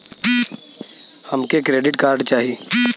हमके credit card चाही